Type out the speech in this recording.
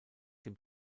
dem